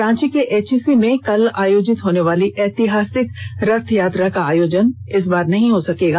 रांची के एचईसी में कल आयोजित होनेवाली ऐतिहासिक रथ यात्रा का आयोजन इस बार नहीं होगा